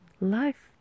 Life